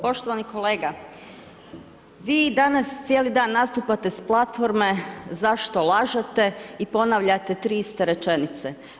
Poštovani kolega, vi danas cijeli dan nastupate sa platforme zašto lažete i ponavljate tri iste rečenice.